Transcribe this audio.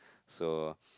so